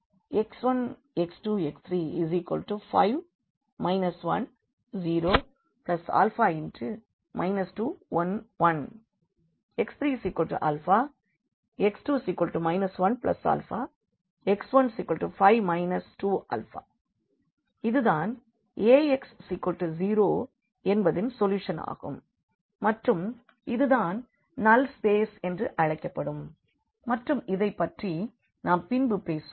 x1 x2 x3 5 1 0 α 2 1 1 x3α x2 1α x15 2α இது தான் Ax0 என்பதின் சொல்யூஷன் ஆகும் மற்றும் இது தான் நல் ஸ்பேஸ் என்று அழைக்கப்படும் மற்றும் இதைப்பற்றி நாம் பின்பு பேசுவோம்